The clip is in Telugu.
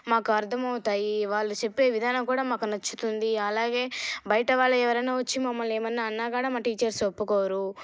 మాకు అర్ధమవుతాయి వాళ్ళు చెప్పే విధానం కూడా మాకు నచ్చుతుంది అలాగే బయట వాళ్ళు ఎవరైనా వచ్చి మమ్మల్ని ఏమన్నా అన్నా కాడా మా టీచర్స్ ఒప్పుకోరు